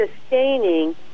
sustaining